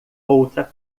outra